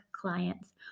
clients